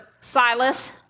Silas